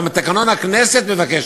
גם תקנון הכנסת מבקש,